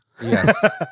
yes